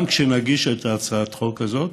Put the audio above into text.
גם כשנגיש את הצעת החוק הזאת